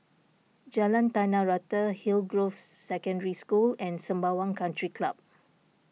Jalan Tanah Rata Hillgrove Secondary School and Sembawang Country Club